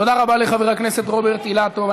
תודה רבה לחבר הכנסת רוברט אילטוב.